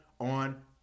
on